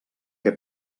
què